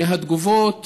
מהתגובות